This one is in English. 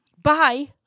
Bye